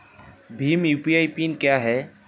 Bhim UPI PIN क्या है?